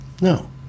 No